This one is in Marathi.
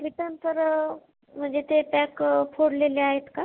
रिटर्न तर म्हणजे ते पॅक फोडलेले आहेत का